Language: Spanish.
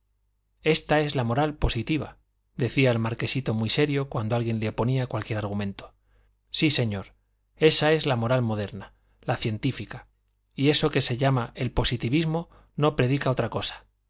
esta es la moral positiva decía el marquesito muy serio cuando alguien le oponía cualquier argumento sí señor esta es la moral moderna la científica y eso que se llama el positivismo no predica otra cosa